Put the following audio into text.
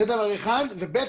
זה דבר אחד, וב.